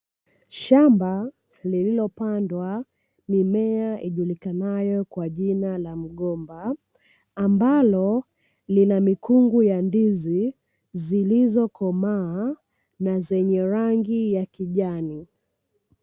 Shamba lililopandwa mimea ijulikanayo kwa jina la mgomba, ambalo linamikungu ya ndizi zilizokomaa na zenye rangi ya kijani.